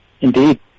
Indeed